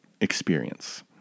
experience